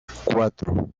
cuatro